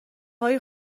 های